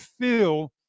feel